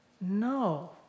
No